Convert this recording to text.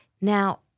Now